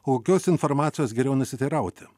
kokios informacijos geriau nesiteirauti